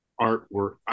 artwork